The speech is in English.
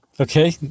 Okay